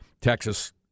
Texas